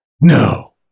No